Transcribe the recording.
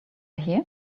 here